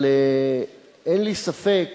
אבל אין לי ספק